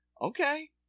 okay